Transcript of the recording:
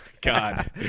God